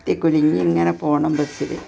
കുത്തി കുലുങ്ങി ഇങ്ങനെ പോകണം ബസ്സിൽ